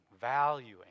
valuing